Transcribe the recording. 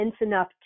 enough